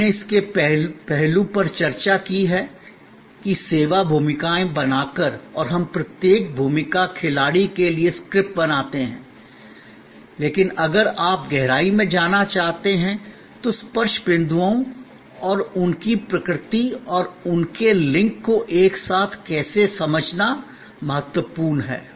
हमने इसके एक पहलू पर चर्चा की है कि सेवा भूमिकाएं बनाकर और हम प्रत्येक भूमिका खिलाड़ी के लिए स्क्रिप्ट बनाते हैं लेकिन अगर आप गहराई में जाना चाहते हैं तो स्पर्श बिंदुओं और उनकी प्रकृति और उनके लिंक को एक साथ कैसे समझना महत्वपूर्ण है